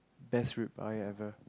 best rib rice ever